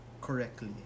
correctly